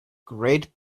great